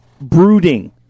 brooding